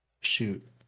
shoot